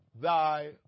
thy